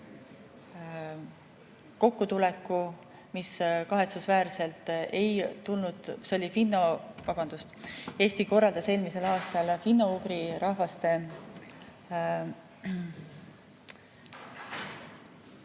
kokkutuleku, mis kahetsusväärselt ei tulnud ... Vabandust, Eesti korraldas eelmisel aastal soome-ugri rahvaste